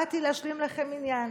באתי להשלים לכם מניין.